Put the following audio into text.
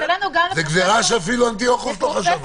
זאת גזרה שאפילו אנטיוכוס לא חשב עליה.